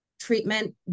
treatment